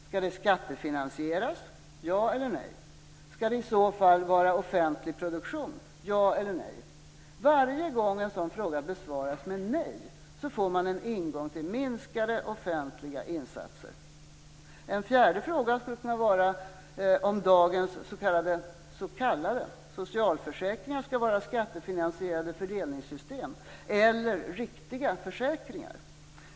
Skall det skattefinansieras? Ja eller nej. Skall det i så fall vara offentlig produktion? Ja eller nej. Varje gång en sådan fråga besvaras med nej får man en ingång till minskade offentliga insatser. En fjärde fråga skulle kunna vara om dagens s.k. socialförsäkringar skall vara skattefinansierade fördelningssystem eller riktiga försäkringar.